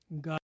God